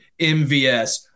MVS